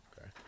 Okay